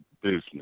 business